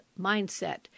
Mindset